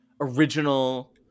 original